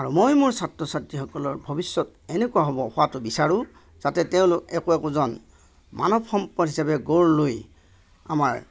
আৰু মই মোৰ ছাত্ৰ ছাত্ৰীসকলৰ ভৱিষ্যৎ এনেকুৱা হ'ব হোৱাটো বিচাৰোঁ যাতে তেওঁলোক একো একোজন মানৱ সম্পদ হিচাপে গঢ় লৈ আমাৰ